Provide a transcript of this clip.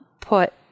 put